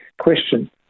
question